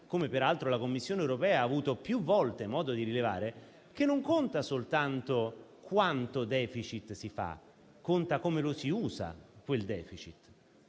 come peraltro la Commissione europea ha avuto più volte modo di rilevare, che non conta soltanto quanto *deficit* si fa, ma come lo si usa.